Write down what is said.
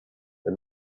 the